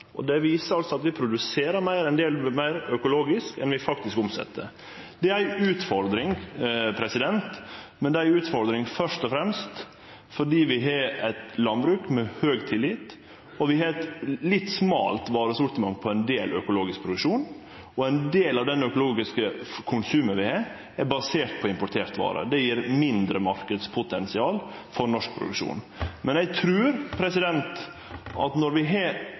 handlemønsteret. Det viser at vi produserer meir økologisk enn det vi faktisk omset. Det er ei utfordring, men det er ei utfordring først og fremst fordi vi har eit landbruk med høg tillit, og vi har eit litt smalt varesortiment på ein del økologisk produksjon, og ein del av det økologiske konsumet vi har, er basert på importerte varer. Det gjev mindre marknadspotensial for norsk produksjon. Men eg trur at når vi har